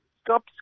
Stop